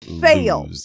fail